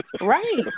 Right